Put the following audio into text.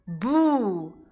boo